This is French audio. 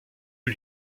eut